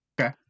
Okay